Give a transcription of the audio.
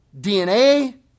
DNA